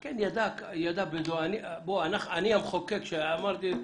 אני המחוקק שאמרתי,